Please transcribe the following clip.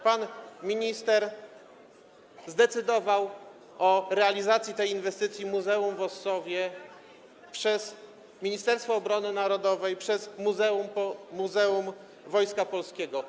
Pan minister zdecydował o realizacji tej inwestycji, muzeum w Ossowie, przez Ministerstwo Obrony Narodowej, przez Muzeum Wojska Polskiego.